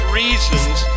reasons